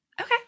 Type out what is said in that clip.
Okay